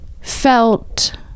felt